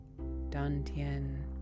dantian